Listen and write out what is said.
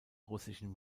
russischen